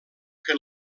que